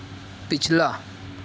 پچھلا